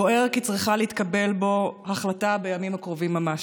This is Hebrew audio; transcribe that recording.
הוא בוער כי צריכה להתקבל בו החלטה בימים הקרובים ממש,